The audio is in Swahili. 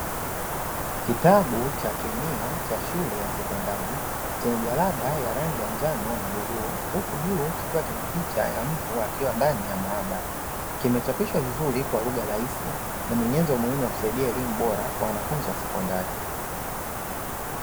Kitabu cha kemia cha shule ya sekondari, chenye jalada ya rangi ya njano na bluu, huku juu kukiwa na picha ya mtu akiwa ndani ya maabara. Kimechapishwa vizuri kwa lugha rahisi na ni nyenzo muhimu ya kusaidia elimu bora kwa wanafunzi wa sekondari.